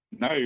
No